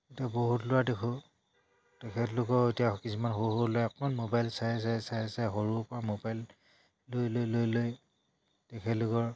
বহুত ল'ৰা দেখোঁ তেখেতলোকৰ এতিয়া কিছুমান সৰু সৰু ল'ৰাই অকল মোবাইল চাই চাই চাই চাই সৰুৰ পৰা মোবাইল লৈ লৈ লৈ লৈ তেখেতলোকৰ